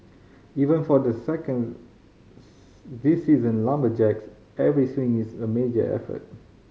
even for the second these seasoned lumberjacks every swing is a major effort